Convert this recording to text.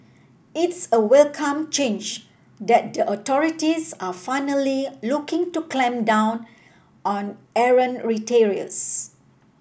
it's a welcome change that the authorities are finally looking to clamp down on errant retailers